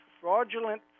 fraudulent